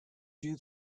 you